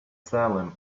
salem